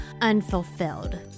unfulfilled